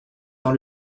dans